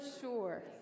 sure